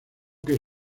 que